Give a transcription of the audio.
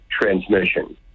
transmission